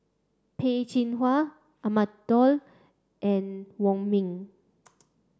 Peh Chin Hua Ahmad Daud and Wong Ming